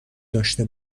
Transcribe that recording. داشه